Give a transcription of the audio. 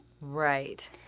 right